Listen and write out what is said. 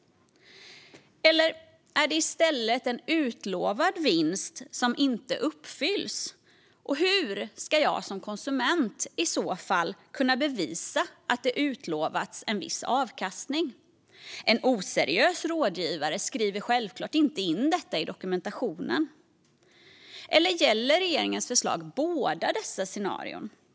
Eller gäller det i stället en utlovad vinst som inte uppfylls? Hur ska jag som konsument i så fall kunna bevisa att det utlovats en viss avkastning? En oseriös rådgivare skriver självklart inte in detta i dokumentationen. Eller gäller regeringens förslag båda dessa scenarier? Herr talman!